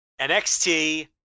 NXT